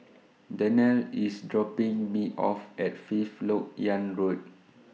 Danelle IS dropping Me off At Fifth Lok Yang Road